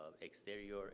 exterior